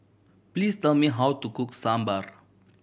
please tell me how to cook Sambar